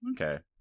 Okay